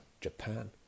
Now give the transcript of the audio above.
Japan